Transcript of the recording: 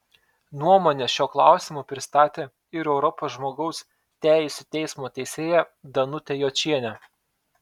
nuomonę šiuo klausimu pristatė ir europos žmogaus teisių teismo teisėja danutė jočienė